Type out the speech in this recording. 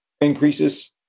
increases